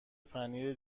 پنیر